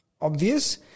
obvious